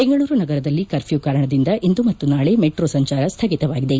ಬೆಂಗಳೂರು ನಗರದಲ್ಲಿ ಕರ್ಫ್ಲೂ ಕಾರಣದಿಂದ ಇಂದು ಮತ್ತು ನಾಳೆ ಮೆಟ್ತೊ ಸಂಚಾರ ಸ್ಲಗಿತವಾಗಿದೆ